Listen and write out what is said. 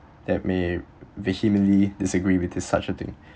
that may vehemently disagree with this such a thing